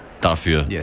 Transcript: Dafür